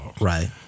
Right